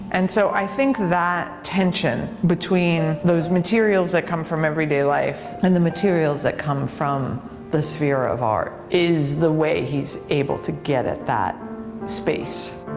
and so, i think that tension between those materials that come from everyday life and the materials that come from the sphere of art is the way he's able to get at that space.